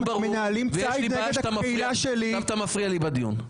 הייתי ברור ויש לי בעיה שאתה מפריע לי בדיון.